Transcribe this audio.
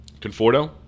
Conforto